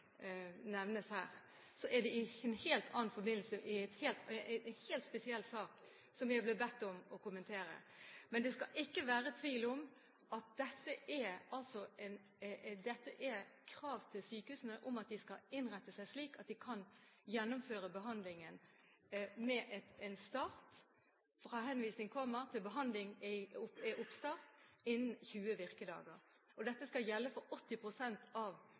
nevnes her, er det i en helt annen forbindelse og i en helt spesiell sak som jeg ble bedt om å kommentere. Men det skal ikke være tvil om at det er krav til sykehusene om at de skal innrette seg slik at de kan gjennomføre behandling med en oppstart innen 20 virkedager fra henvisning kommer.